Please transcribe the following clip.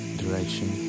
direction